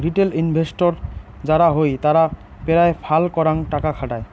retail investor যারা হই তারা পেরায় ফাল করাং টাকা খাটায়